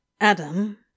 Adam